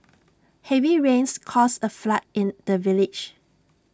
heavy rains caused A flood in the village